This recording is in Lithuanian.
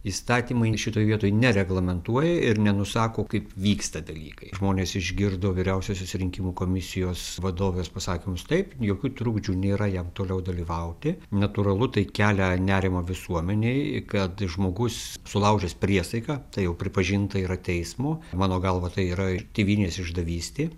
įstatymai šitoj vietoj nereglamentuoja ir nenusako kaip vyksta dalykai žmonės išgirdo vyriausiosios rinkimų komisijos vadovės pasakymus taip jokių trukdžių nėra jam toliau dalyvauti natūralu tai kelia nerimą visuomenei kad žmogus sulaužęs priesaiką tai jau pripažinta yra teismo mano galva tai yra ir tėvynės išdavystė